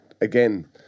again